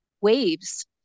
waves